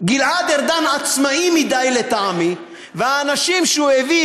גלעד ארדן עצמאי מדי לטעמי והאנשים שהוא הביא,